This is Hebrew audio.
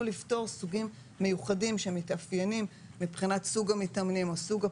לפטור סוגים מיוחדים שמתאפיינים מבחינת סוג המתאמנים או סוג הפעילות,